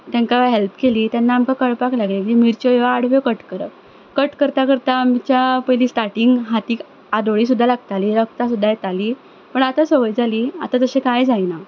तेंका हॅल्प केली तेन्ना आमकां कळपाक लागलें की मिरच्यो ह्यो आडव्यो कट करप कट करतां करतां आमच्या पयलीं स्टार्टिंग हातीक आदोळी सुद्दां लागताली रगतां सुद्दां येतालीं पूण आतां संवय जाली आतां तशें कांय जायना